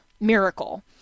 miracle